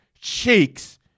cheeks